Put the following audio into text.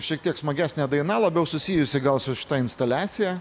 šiek tiek smagesnė daina labiau susijusi gal su šita instaliacija